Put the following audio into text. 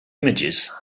images